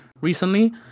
recently